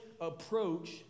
approach